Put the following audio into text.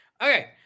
Okay